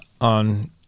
on